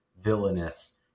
villainous